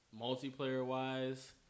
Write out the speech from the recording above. multiplayer-wise